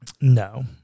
No